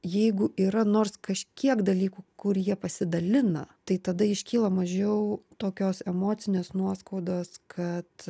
jeigu yra nors kažkiek dalykų kur jie pasidalina tai tada iškyla mažiau tokios emocinės nuoskaudos kad